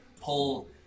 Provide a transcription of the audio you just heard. pull